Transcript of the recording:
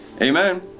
Amen